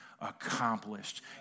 accomplished